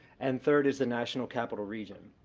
and third is the national capital region.